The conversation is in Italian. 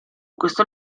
questo